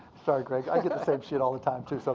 sorry, greg. i get the same shit all the time, too. so